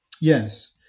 Yes